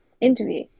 interview